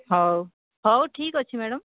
ହଉ ହଉ ଠିକ ଅଛି ମ୍ୟାଡମ୍